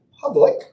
public